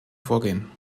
vorgehen